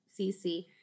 cc